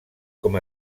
com